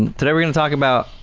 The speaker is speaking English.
today we're going to talk about,